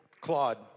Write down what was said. Claude